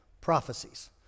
prophecies